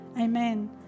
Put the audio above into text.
Amen